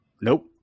Nope